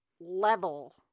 level